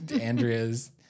Andrea's